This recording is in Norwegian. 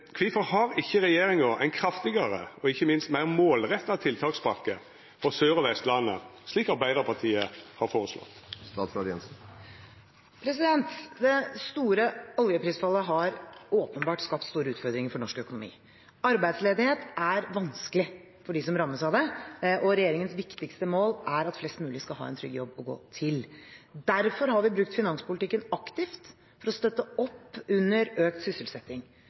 Kvifor har ikkje regjeringa ein kraftigare, og ikkje minst meir målretta, tiltakspakke for Sør- og Vestlandet slik Arbeidarpartiet har føreslått?» Det store oljeprisfallet har åpenbart skapt store utfordringer for norsk økonomi. Arbeidsledighet er vanskelig for dem som rammes av det, og regjeringens viktigste mål er at flest mulig skal ha en trygg jobb å gå til. Derfor har vi brukt finanspolitikken aktivt for å støtte opp under økt sysselsetting.